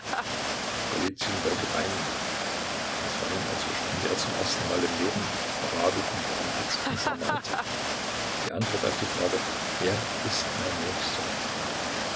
wollte weinen es war ihm als verstünde er zum ersten mal im leben die parabel vom barmherzigen samariter die antwort auf die frage wer ist mein nächster